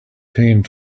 paint